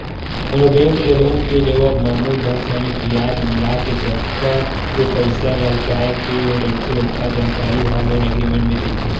कोनो बेंक ले लोन के लेवब म मूलधन समेत बियाज मिलाके जतका के पइसा लहुटाय के रहिथे ओखर जानकारी ह लोन एग्रीमेंट म रहिथे